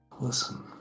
Listen